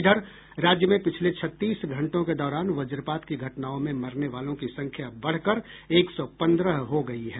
इधर राज्य में पिछले छत्तीस घंटों के दौरान वज्रपात की घटनाओं में मरने वालों की संख्या बढ़कर एक सौ पंद्रह हो गयी है